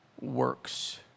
works